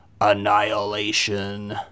Annihilation